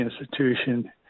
institution